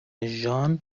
ژان